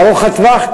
ארוך הטווח.